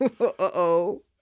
Uh-oh